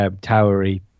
Towery